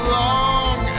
long